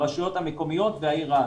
הרשויות המקומיות והעיר רהט.